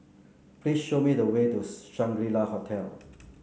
please show me the way to Shangri La Hotel